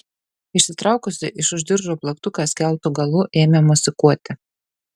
išsitraukusi iš už diržo plaktuką skeltu galu ėmė mosikuoti